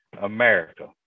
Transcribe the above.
America